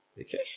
Okay